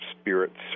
spirits